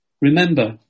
Remember